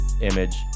image